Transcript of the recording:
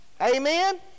Amen